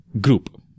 group